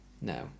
No